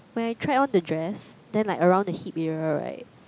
when I tried on the dress then like around the hip area right